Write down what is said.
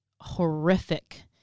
horrific